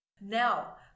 now